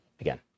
again